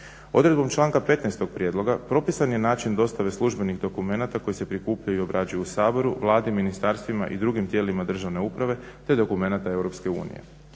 Odredbom članka 15.tog prijedloga propisan je način dostave službenih dokumenata koji se prikupljaju i obrađuju u Saboru, Vladi, ministarstvima i drugim tijelima državne uprave te dokumenta EU.